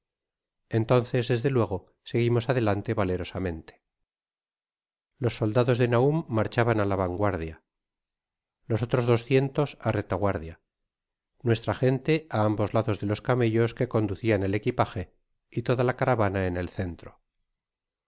entonces desde luego seguimos adelante valerosamente los soldados de nañm marchaban á vanguardia los otros doscientos á retaguardia nuestra gente á ambos lados de los camellos que conducían el equipaje y toda la caravana en el centro